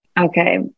Okay